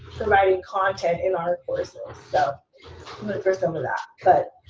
providing content in our courses. so look for some of that. but